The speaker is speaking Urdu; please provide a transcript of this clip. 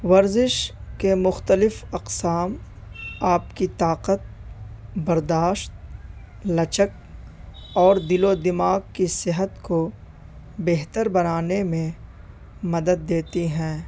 ورزش کے مختلف اقسام آپ کی طاقت برداشت لچک اور دل و دماغ کی صحت کو بہتر بنانے میں مدد دیتی ہیں